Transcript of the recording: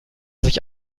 sich